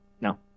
No